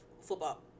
football